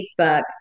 Facebook